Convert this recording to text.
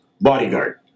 bodyguard